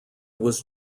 was